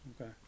Okay